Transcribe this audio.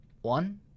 one